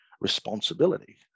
responsibility